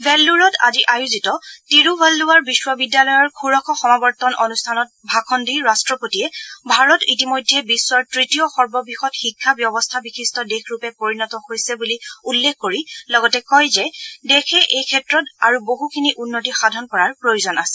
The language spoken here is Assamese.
ভেল্লোৰত আজি আয়োজিত তিৰুভল্লুৱাৰ বিশ্ববিদ্যালয়ৰ যোড়শ সমাৱৰ্তন অনুষ্ঠানত ভাষণ দি ৰাষ্ট্ৰপতিয়ে ভাৰত ইতিমধ্যে বিশ্বৰ তৃতীয় সৰ্ববৃহৎ শিক্ষা ব্যৱস্থাবিশিষ্ট দেশৰূপে পৰিণত হৈছে বুলি উল্লেখ কৰি লগতে কয় যে দেশে এই ক্ষেত্ৰত আৰু বহুখিনি উন্নতি সাধন কৰাৰ প্ৰয়োজন আছে